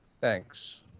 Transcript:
Thanks